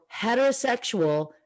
heterosexual